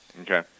Okay